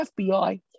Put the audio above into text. FBI